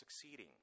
succeeding